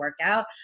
workout